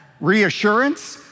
reassurance